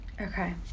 Okay